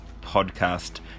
podcast